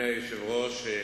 אדוני היושב-ראש,